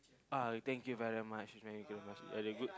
uh thank you very much is very good very good